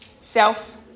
self